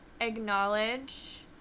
acknowledge